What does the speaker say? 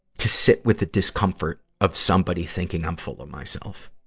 to sit with the discomfort of somebody thinking i'm full of myself.